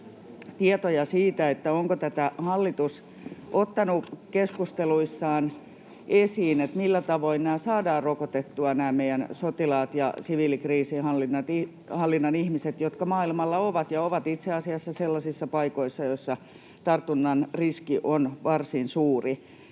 tietoja siitä, onko tätä hallitus ottanut keskusteluissaan esiin, millä tavoin saadaan rokotettua nämä meidän sotilaat ja siviilikriisinhallinnan ihmiset, jotka maailmalla ovat ja ovat itse asiassa sellaisissa paikoissa, joissa tartunnan riski on varsin suuri,